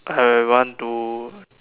I want to